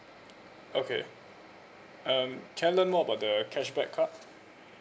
okay um can I learn more about the cashback card